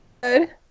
Good